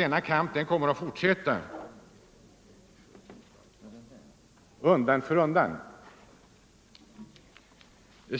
denna kamp kommer att fortsätta undan för undan.